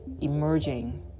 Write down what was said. emerging